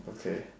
okay